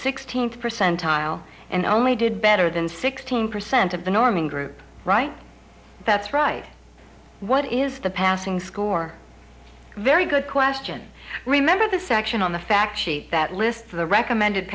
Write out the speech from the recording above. sixteenth percentile and only did better than sixteen percent of the norming group right that's right what is the passing score very good question remember the section on the fact sheet that lists the recommended